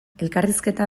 elkarrizketa